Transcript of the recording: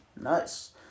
Nice